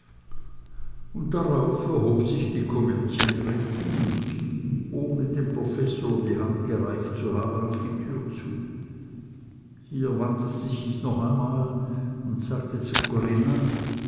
und darauf erhob sich die kommerzienrätin und ging ohne dem professor die hand gereicht zu haben auf die tür zu hier wandte sie sich noch einmal und sagte zu corinna